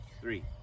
three